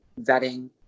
vetting